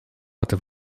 hatte